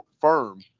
firm